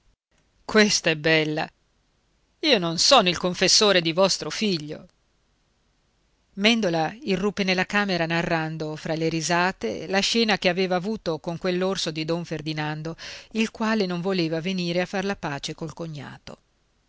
questa è bella io non sono il confessore di vostro figlio mèndola irruppe nella camera narrando fra le risate la scena che aveva avuta con quell'orso di don ferdinando il quale non voleva venire a far la pace col cognato